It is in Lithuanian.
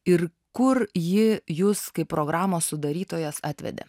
ir kur ji jus kaip programos sudarytojas atvedė